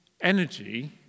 energy